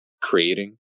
creating